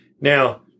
Now